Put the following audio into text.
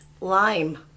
Lime